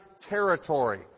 territory